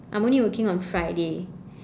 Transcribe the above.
I'm only working on friday